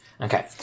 Okay